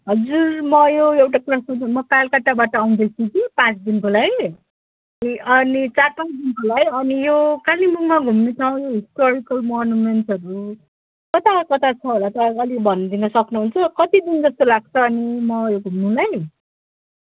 हजुर म यो एउटा कुरा सोध्नु म कलकत्ताबाट आउँदैछु कि पाँच दिनको लागि अनि चार पाँच दिनको लागि अनि यो कालिम्पोङमा घुम्ने ठाउँ हिस्टोरिकल मोनुमेन्ट्सहरू कता कता छ होला अलिक भनिदिनु सक्नुहुन्छ कति दिन जस्तो लाग्छ अनि म यो घुम्नुलाई